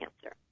cancer